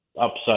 upside